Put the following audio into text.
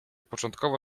początkowo